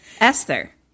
Esther